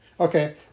Okay